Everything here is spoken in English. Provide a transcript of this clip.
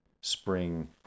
spring